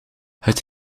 het